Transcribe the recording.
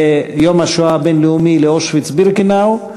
ליום השואה הבין-לאומי באושוויץ-בירקנאו,